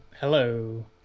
hello